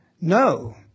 No